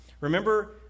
Remember